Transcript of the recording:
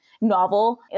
novel